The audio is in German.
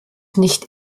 nicht